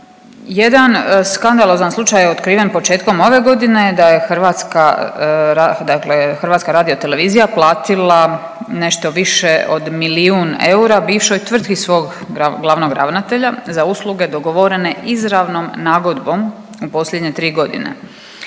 Jedan skandalozan slučaj otkriven početkom ove godine da je hrvatska rad… dakle HRT platila nešto više od milijun eura bivšoj tvrtki svog glavnog ravnatelja za usluge dogovorene izravnom nagodbom u posljednje 3 godine.